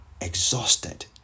exhausted